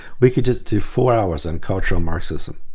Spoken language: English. we could just do four hours on cultural marxism.